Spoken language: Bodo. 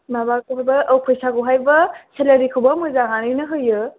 माबाखौबो औ फैसाखौहायबो सेलारि खौबो मोजाङैनो होयो